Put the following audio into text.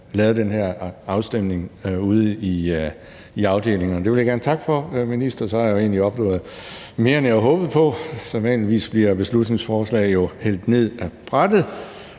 lavet den her afstemning ude i afdelingerne. Det vil jeg gerne takke for, minister, og så har jeg jo egentlig opnået mere, end jeg havde håbet på – sædvanligvis bliver beslutningsforslag fra oppositionen jo hældt ned ad brættet